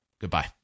Goodbye